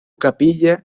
capilla